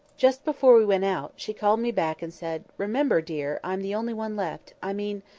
just before we went out, she called me back and said, remember, dear, i'm the only one left i mean,